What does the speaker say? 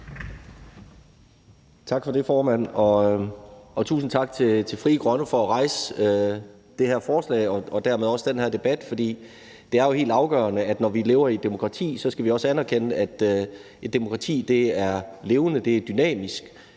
Tak for det, formand. Og tusind tak til Frie Grønne for at fremsætte det her forslag og dermed også rejse den her debat. For det er jo helt afgørende, når vi lever i et demokrati, at vi så også skal anerkende, at et demokrati er levende og dynamisk.